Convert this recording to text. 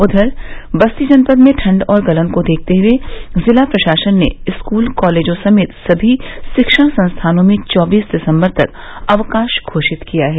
उधर बस्ती जनपद में ठंड और गलन को देखते हुए जिला प्रशासन ने स्कूल कॉलेजों समेत सभी रिक्षण संस्थानों में चौबीस दिसम्बर तक अवकाश घोषित किया है